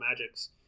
magics